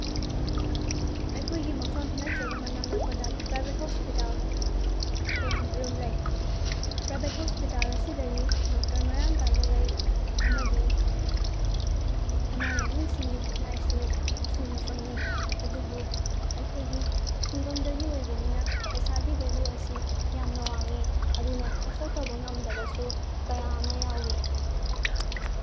ꯑꯩꯈꯣꯏꯒꯤ ꯃꯐꯝ ꯅꯠꯇ꯭ꯔꯒ ꯃꯅꯥꯛ ꯅꯛꯄꯗ ꯄ꯭ꯔꯥꯏꯚꯦꯠ ꯍꯣꯁꯄꯤꯇꯥꯜ ꯀꯌꯥ ꯑꯃꯔꯣꯝ ꯂꯩ ꯄ꯭ꯔꯥꯏꯚꯦꯠ ꯍꯣꯁꯄꯤꯇꯥꯜ ꯑꯁꯤꯗꯗꯤ ꯗꯣꯛꯇꯔ ꯃꯔꯥꯡ ꯀꯥꯏꯅ ꯂꯩ ꯑꯃꯗꯤ ꯑꯅꯥ ꯂꯥꯏꯌꯦꯡꯁꯤꯡꯒꯤ ꯈꯨꯠꯂꯥꯏꯁꯨ ꯁꯨꯅ ꯐꯪꯉꯤ ꯑꯗꯨꯕꯨ ꯑꯩꯈꯣꯏꯗꯤ ꯈꯨꯡꯒꯪꯗꯒꯤ ꯑꯣꯏꯕꯅꯤꯅ ꯄꯩꯁꯥꯒꯤ ꯚꯦꯂꯨ ꯑꯁꯤ ꯌꯥꯝꯅ ꯋꯥꯡꯉꯤ ꯑꯗꯨꯅ ꯑꯦꯐꯔꯠ ꯇꯧꯕ ꯉꯝꯗꯕꯁꯨ ꯀꯌꯥ ꯑꯃ ꯌꯥꯎꯋꯤ